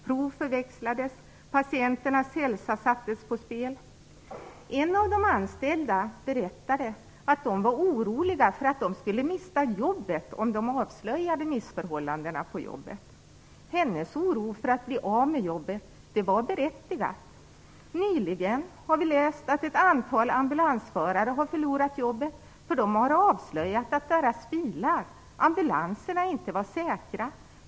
Prov förväxlades, och patienternas hälsa sattes på spel. En av de anställda berättade att de var oroliga för att de skulle mista jobbet om de avslöjade missförhållandena. Hennes oro för att bli av med jobbet var berättigat. Nyligen har vi läst att ett antal ambulansförare har förlorat jobbet när de avslöjat att deras bilar, ambulanserna, inte var säkra.